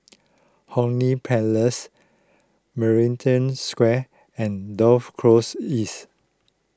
Hong Lee Place Maritime Square and Dover Close East